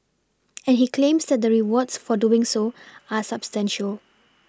and he claims that the rewards for doing so are substantial